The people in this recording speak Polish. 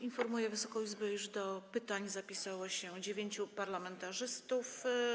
Informuję Wysoką Izbę, iż do pytań zapisało się dziewięciu parlamentarzystów.